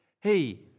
Hey